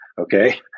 okay